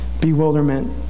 Bewilderment